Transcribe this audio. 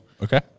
Okay